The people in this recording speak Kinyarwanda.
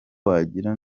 wagira